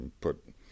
put